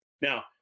now